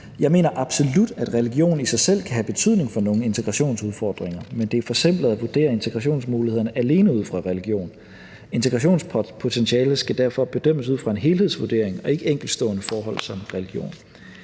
Jeg mener absolut, at religion i sig selv kan have betydning for nogle integrationsudfordringer, men det er forsimplet at vurdere integrationsmulighederne alene ud fra religion. Integrationspotentialet skal derfor bedømmes ud fra en helhedsvurdering og ikke ud fra enkeltstående forhold som religion.